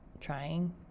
trying